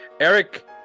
Eric